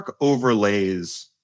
overlays